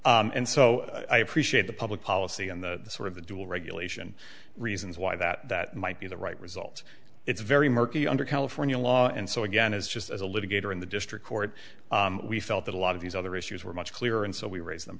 frankly and so i appreciate the public policy on the sort of the dual regulation reasons why that might be the right result it's very murky under california law and so again as just as a litigator in the district court we felt that a lot of these other issues were much clearer and so we raised them